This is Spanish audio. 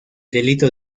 delito